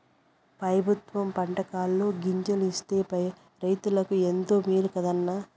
పెబుత్వం పంటకాలంలో గింజలు ఇస్తే రైతులకు ఎంతో మేలు కదా అన్న